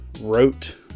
wrote